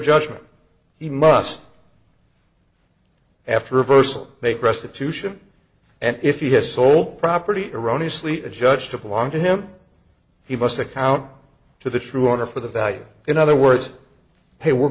judgment he must after a reversal make restitution and if he has sole property erroneous lete a judge to belong to him he must account to the true owner for the value in other words they were